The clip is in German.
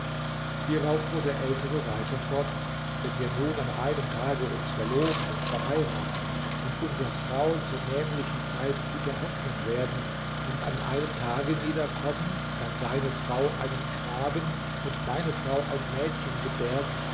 hierauf fuhr der ältere weiter fort wenn wir nun an einem tage uns verloben und verheiraten und unser frauen zur nämlichen zeit guter hoffnung werden und an einem tage niederkommen dann deine frau einen knaben und meine frau ein mädchen gebärt